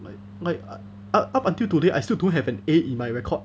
like like u~ up until today I still don't have an A in my record